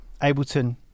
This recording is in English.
Ableton